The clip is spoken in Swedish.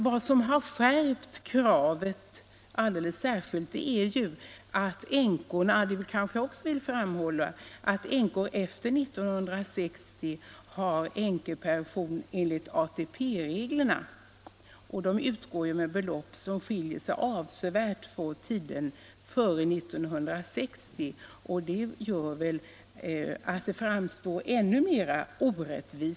Vad som har skärpt kravet alldeles särskilt är att de som blivit änkor efter 1960 får änkepension enligt ATP-reglerna. Dessa pensioner utgår med belopp som skiljer sig avsevärt från pensionerna till dem som blivit änkor före 1960.